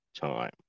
time